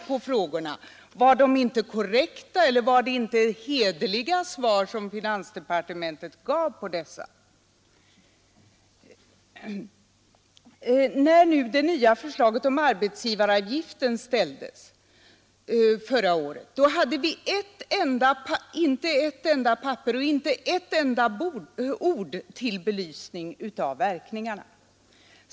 Eller gjorde man inte korrekta och hederliga beräkningar som går att använda? När det nya förslaget om arbetsgivaravgiften sedan kom på bordet hade vi inte ett enda papper och inte ett enda ord till belysning av verkningarna.